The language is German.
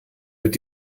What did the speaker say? mit